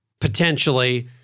potentially